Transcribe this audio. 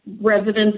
residents